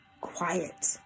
quiet